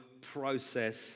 process